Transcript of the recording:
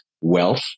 wealth